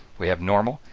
we have normal,